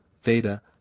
theta